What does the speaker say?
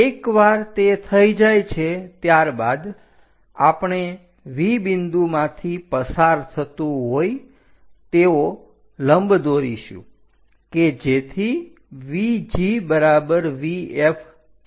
એકવાર તે થઈ જાય છે ત્યારબાદ આપણે V બિંદુમાંથી પસાર થતું હોય તેઓ લંબ દોરીશું કે જેથી VG બરાબર VF થાય